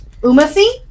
Umasi